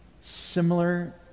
similar